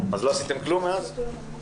לא עשיתם כלום מאז?